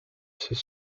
ses